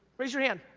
raise your hand.